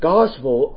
Gospel